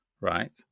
right